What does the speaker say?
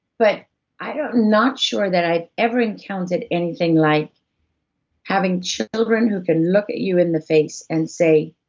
but i'm not sure that i've ever encountered anything like having children who can look at you in the face and say,